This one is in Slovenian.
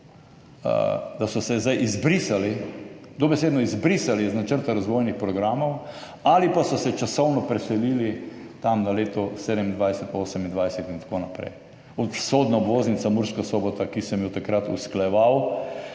projektov zdaj izbrisali, dobesedno izbrisali iz načrta razvojnih programov ali pa so se časovno preselili tam na leto 2027, 2028 in tako naprej. Vzhodna obvoznica Murska Sobota, ki sem jo takrat usklajeval